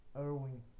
Irwin